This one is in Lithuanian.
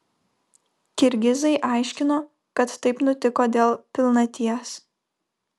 kirgizai aiškino kad taip nutiko dėl pilnaties